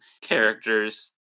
characters